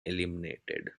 eliminated